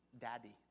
daddy